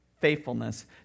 faithfulness